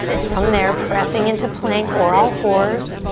from there, pressing into plank or all fours,